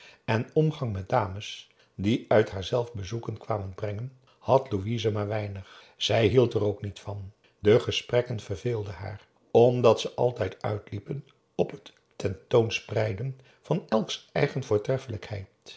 en omgang met dames die uit haarzelf bezoeken kwamen brengen had louise maar weinig zij hield er ook niet van de gesprekken verveelden haar omdat ze altijd uitliepen op het ten toon spreiden van elks eigen voortreffelijkheid